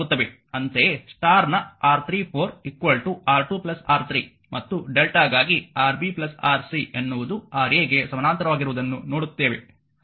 ಅಂತೆಯೇ ಸ್ಟಾರ್ ನ R34 R2 R 3 ಮತ್ತು Δ ಗಾಗಿ Rb Rc ಎನ್ನುವುದು Ra ಗೆ ಸಮಾನಾಂತರವಾಗಿರುವುದನ್ನು ನೋಡುತ್ತೇವೆ